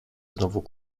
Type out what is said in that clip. znowu